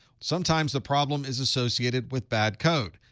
sometimes, the problem is associated with bad code.